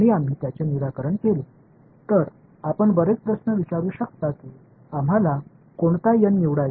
எனவே இதை நீங்கள் நிறைய கேள்விகளைக் கேட்கலாம் முதல் கேள்வியாக இருக்கும் n ஐ தேர்வு செய்வது என்று எங்களுக்கு எப்படி தெரியும்